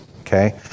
okay